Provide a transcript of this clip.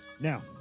Now